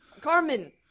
Carmen